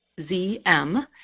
ZM